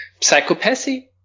psychopathy